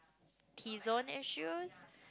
T zone issue